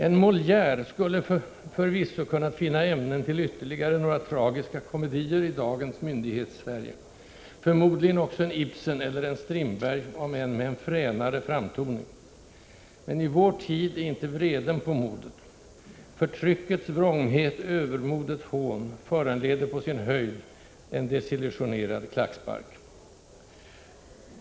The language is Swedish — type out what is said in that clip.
En Moliére skulle förvisso ha kunnat finna ämnen till ytterligare några tragiska komedier i dagens Myndighetssverige; förmodligen också en Ibsen eller en Strindberg, om än med en fränare framtoning. Men i vår tid är inte vreden på modet — ”förtryckets vrånghet, övermodets hån” föranleder på sin höjd en desillusionerad klackspark.